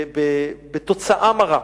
בתוצאה מרה.